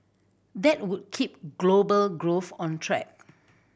that would keep global growth on track